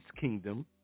kingdom